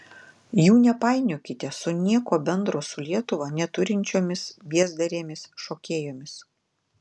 jų nepainiokite su nieko bendro su lietuva neturinčiomis biezdarėmis šokėjomis